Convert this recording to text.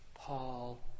Paul